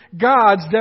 God's